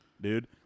dude